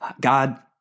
God